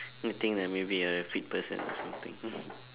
think like maybe you're a freak person or something